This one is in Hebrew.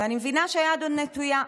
ואני מבינה שהיד עוד נטויה.